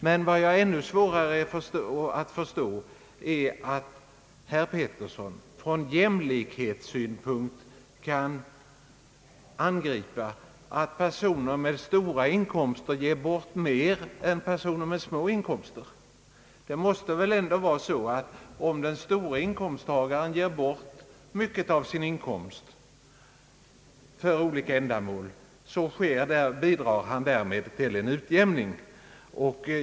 Jag har ännu svårare att förstå att herr Pettersson från jämlikhetssynpunkt kan angripa att människor med stora inkomster ger bort mer än personer med små inkomster. Det måste väl ändå vara så, att om den stora inkomsttagaren ger bort mycket av sin inkomst för olika ändamål, bidrar han därmed till en utjämning.